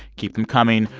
keep them coming.